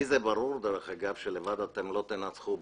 לי ברור שלבד אתם לא תנצחו,